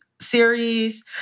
series